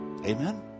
Amen